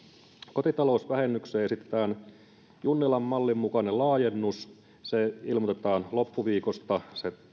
kotitalousvähennykseen esitetään junnilan mallin mukainen laajennus se ilmoitetaan loppuviikosta